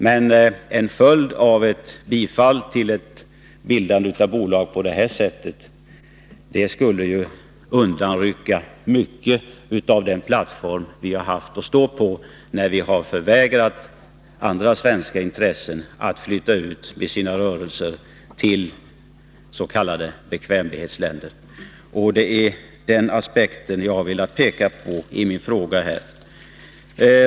Men en följd av bifall till förslag om bildande av bolag på det här sättet skulle ju undanrycka mycket av den plattform vi har haft att stå på när vi har förvägrat andra svenska intressen att flytta ut sina rörelser till s.k. bekvämlighetsländer. Det är den aspekten jag också har velat peka på i min fråga.